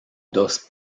dos